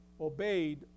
obeyed